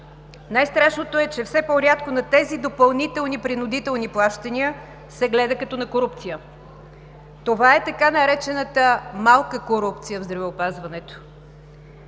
Най-страшното е, че все по-рядко на тези допълнителни принудителни плащания се гледа като на корупция. Това е така наречената „малка корупция“ в здравеопазването.